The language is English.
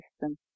system